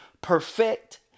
perfect